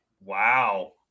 Wow